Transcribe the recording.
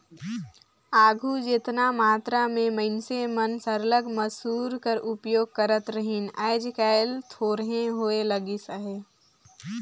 आघु जेतना मातरा में मइनसे मन सरलग मूसर कर उपियोग करत रहिन आएज काएल थोरहें होए लगिस अहे